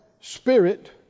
spirit